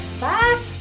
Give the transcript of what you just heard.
Bye